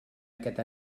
aquest